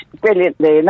brilliantly